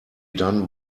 done